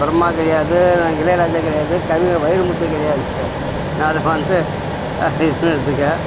பிரம்மா கிடையாது நான் இளையராஜா கிடையாது கவிஞர் வைரமுத்து கிடையாது நான் அதை வந்து இதுன்றத்துக்கு